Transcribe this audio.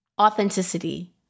Authenticity